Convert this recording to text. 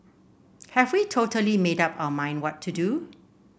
have we totally made up our mind what to do